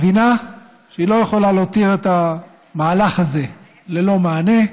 מבינה שהיא לא יכולה להותיר את המהלך הזה ללא מענה,